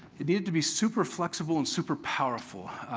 it needed to be super flexible and super powerful.